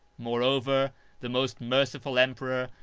moreover the most merciful emperor,